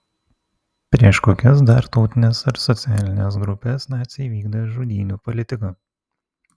prieš kokias dar tautines ar socialines grupes naciai vykdė žudynių politiką